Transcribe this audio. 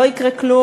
לא יקרה כלום.